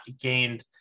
gained